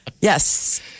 Yes